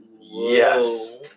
Yes